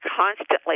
constantly